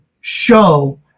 show